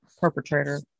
perpetrator